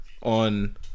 on